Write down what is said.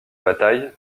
bataille